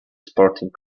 sporting